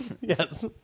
Yes